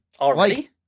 Already